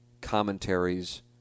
commentaries